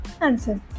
answer